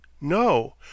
No